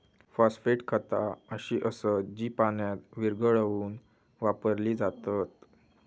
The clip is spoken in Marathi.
फॉस्फेट खता अशी असत जी पाण्यात विरघळवून वापरली जातत